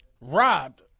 robbed